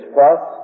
Plus